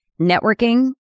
networking